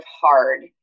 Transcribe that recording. hard